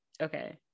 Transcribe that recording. Okay